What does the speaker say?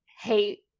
hate